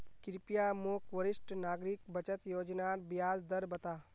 कृप्या मोक वरिष्ठ नागरिक बचत योज्नार ब्याज दर बता